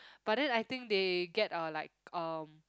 but then I think they get a like um